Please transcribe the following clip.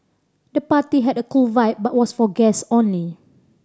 the party had a cool vibe but was for guest only